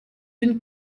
une